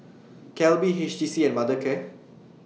Calbee H T C and Mothercare